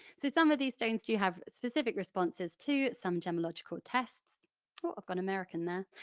so some of these stones do have specific responses to some gemmological tests, i've gone american there.